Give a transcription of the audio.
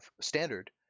standard